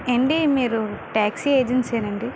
ఏవండి మీరు taxi agency ఏనా అండి